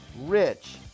Rich